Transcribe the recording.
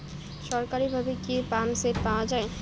সরকারিভাবে কি পাম্পসেট পাওয়া যায়?